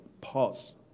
pause